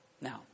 Now